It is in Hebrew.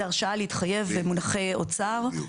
זה הרשאה להתחייב במונחי אוצר.